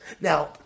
now